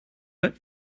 but